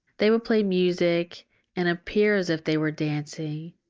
they would play music and appear as if they were dancing,